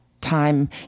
time